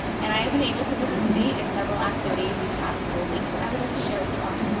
and i have been able to participate in several activities these past couple of weeks that i would like to share with you all.